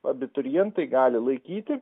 abiturientai gali laikyti